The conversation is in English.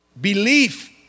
belief